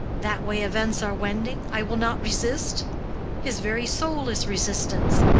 that way events are wending, i will not resist his very soul is resistance,